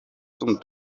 zum